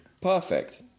perfect